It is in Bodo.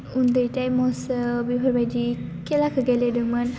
उन्दै टाइमआवसो बेफोरबायदि खेलाखौ गेलेदोंमोन